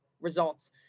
results